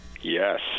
yes